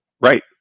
Right